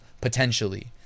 potentially